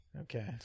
okay